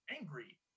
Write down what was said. angry